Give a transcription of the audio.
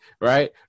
right